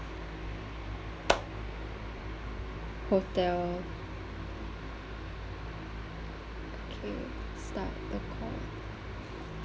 hotel okay start the call